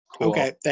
Okay